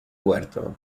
huerto